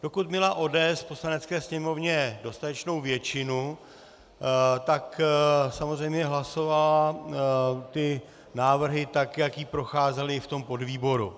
Dokud měla ODS v Poslanecké sněmovně dostatečnou většinu, tak samozřejmě hlasovala ty návrhy tak, jak jí procházely v podvýboru.